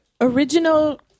original